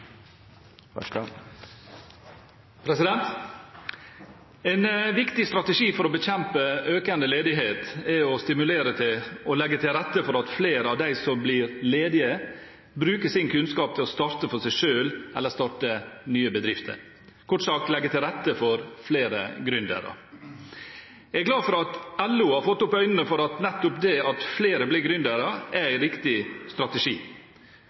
å stimulere til og legge til rette for at flere av dem som blir ledige, bruker sin kunnskap til å starte for seg selv eller starte nye bedrifter – kort sagt legge til rette for flere gründere. Jeg er glad for at LO har fått opp øynene for at nettopp det at flere blir gründere, er en riktig strategi.